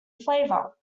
flavor